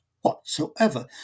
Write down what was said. whatsoever